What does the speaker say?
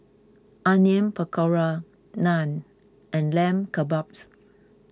Onion Pakora Naan and Lamb Kebabs